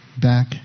back